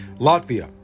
Latvia